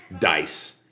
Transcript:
Dice